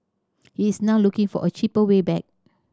he is now looking for a cheaper way back